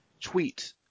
tweet